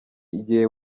igihe